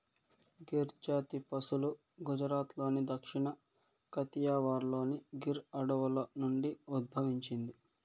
గిర్ జాతి పసులు గుజరాత్లోని దక్షిణ కతియావార్లోని గిర్ అడవుల నుండి ఉద్భవించింది